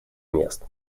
мест